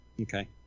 Okay